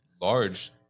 large